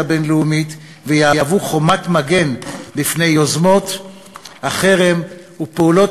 בין-לאומית ויהוו חומת מגן בפני יוזמות החרם ופעולות